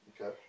okay